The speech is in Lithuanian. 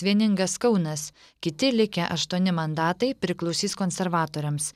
vieningas kaunas kiti likę aštuoni mandatai priklausys konservatoriams